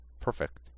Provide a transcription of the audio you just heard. perfect